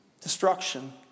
Destruction